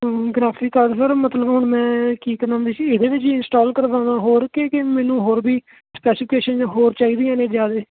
graphic card sir ਮਤਲਬ ਹੁਣ ਮੈਂ ਕੀ ਕਰਾਂ ਇਹਦੇ ਵਿੱਚ ਹੀ ਇੰਸਟਾਲ ਕਰਵਾਵਾਂ ਹੋਰ ਕਿ ਕਿ ਮੈਨੂੰ ਹੋਰ ਵੀ ਸਪਪੈਸੀਫਿਕੇਸ਼ਨ ਹੋਰ ਚਾਹੀਦੀਆਂ ਨੇ ਜ਼ਿਆਦੇ